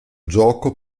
gioco